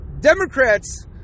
Democrats